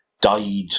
died